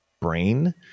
brain